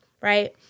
right